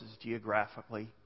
geographically